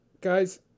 guys